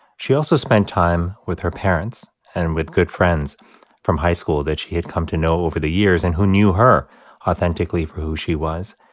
she also spent time with her parents and with good friends from high school that she had come to know over the years and who knew her authentically for who she was.